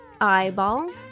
eyeball